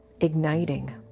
igniting